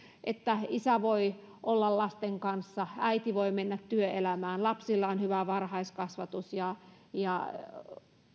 että isä voi olla lasten kanssa äiti voi mennä työelämään lapsilla on hyvä varhaiskasvatus ja ja